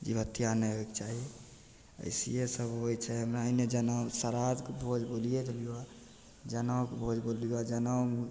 जीव हत्या नहि होइके चाही अएसेहि सब होइ छै हमरा एन्ने जेना श्राद्धके भोज बोलिए देलिए जनउके भोज बोललिए जनउ